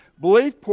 Belief